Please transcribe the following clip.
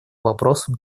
вопросом